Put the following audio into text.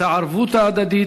את הערבות ההדדית.